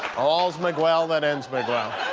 all's mig-well that ends mig-well.